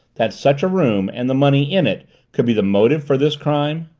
that such a room and the money in it could be the motive for this crime?